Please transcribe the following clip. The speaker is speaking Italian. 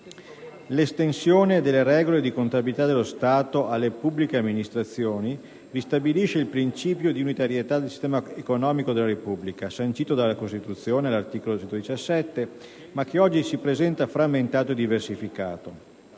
L'estensione delle regole di contabilità dello Stato alle pubbliche amministrazioni ristabilisce il principio di unitarietà del sistema economico della Repubblica, sancito dalla Costituzione all'articolo 117, ma che oggi si presenta frammentato e diversificato